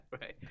right